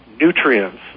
nutrients